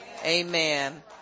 amen